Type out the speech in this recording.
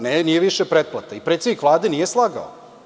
Ne, nije više pretplata i predsednik Vlade nije slagao.